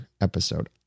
episode